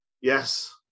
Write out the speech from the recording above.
Yes